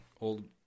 old